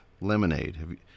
lemonade